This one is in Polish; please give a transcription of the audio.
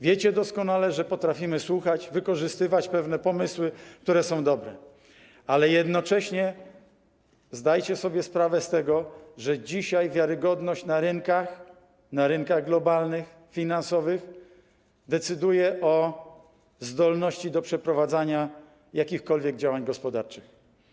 Wiecie doskonale, że potrafimy słuchać, wykorzystywać pewne pomysły, które są dobre, ale jednocześnie zdajcie sobie sprawę z tego, że dzisiaj wiarygodność na rynkach, na rynkach globalnych, finansowych, decyduje o zdolności do przeprowadzania jakichkolwiek działań gospodarczych.